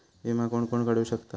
विमा कोण कोण काढू शकता?